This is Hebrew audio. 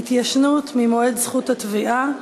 6) (התיישנות ממועד זכות התביעה),